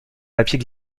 papier